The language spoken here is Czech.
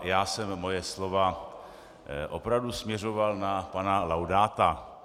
Já jsem svá slova opravdu směřoval na pana Laudáta.